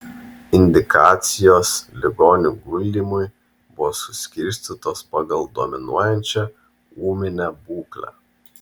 indikacijos ligonių guldymui buvo suskirstytos pagal dominuojančią ūminę būklę